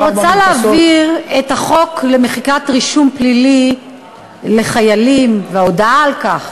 אני רוצה להסביר את החוק למחיקת רישום פלילי לחיילים וההודעה על כך